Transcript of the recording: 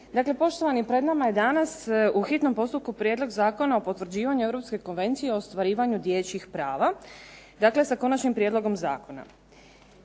Dakle, poštovani pred nama je danas u hitnom postupku Prijedlog Zakona o potvrđivanju Europske konvencije o ostvarivanju dječjih prava, dakle sa Konačnim prijedlogom zakona.